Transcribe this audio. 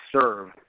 serve